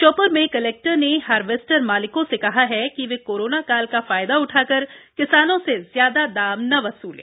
श्योप्र में कलेक्टर ने हार्वेस्टर मालिकों से कहा है कि वे कोरोना काल का फायदा उठाकर किसानों से ज्यादा दाम ना वसुलें